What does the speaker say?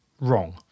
wrong